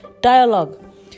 dialogue